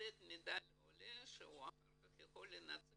לתת מידע לעולה שהוא יכול אחר כך לנצל